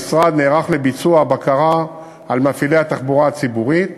המשרד נערך לביצוע בקרה על מפעילי התחבורה הציבורית